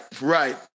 right